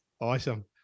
Awesome